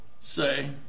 say